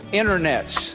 internets